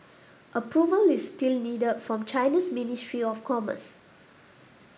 approval is still needed from China's ministry of commerce